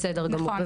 נכון.